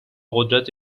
قدرت